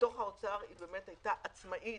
בתוך האוצר היא הייתה עצמאית.